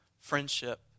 friendship